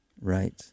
Right